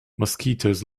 mosquitoes